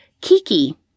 Kiki